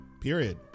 period